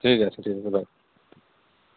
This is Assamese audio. ঠিক আছে ঠিক আছে বাই